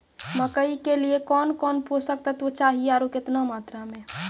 मकई के लिए कौन कौन पोसक तत्व चाहिए आरु केतना मात्रा मे?